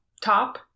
top